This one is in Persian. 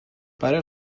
برای